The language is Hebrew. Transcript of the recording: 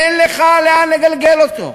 אין לך לאן לגלגל אותו.